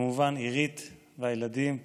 וכמובן עירית והילדים הדר,